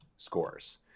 scores